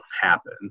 happen